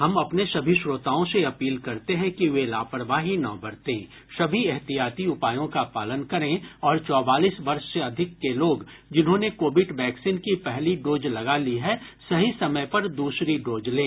हम अपने सभी श्रोताओं से अपील करते हैं कि वे लापरवाही न बरतें सभी एहतियाती उपायों का पालन करें और चौवालीस वर्ष से अधिक के लोग जिन्होंने कोविड वैक्सीन की पहली डोज लगा ली है सही समय पर दूसरी डोज लें